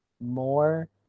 more